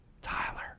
Tyler